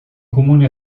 comuni